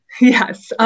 Yes